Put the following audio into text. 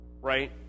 right